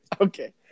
Okay